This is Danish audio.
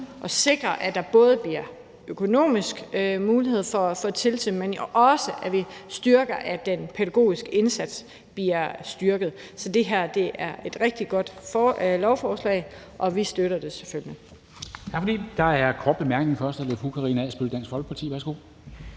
og sikrer, at der både bliver økonomisk mulighed for at føre tilsyn, men også at vi styrker den pædagogiske indsats. Så det her er et rigtig godt lovforslag, og vi støtter det selvfølgelig.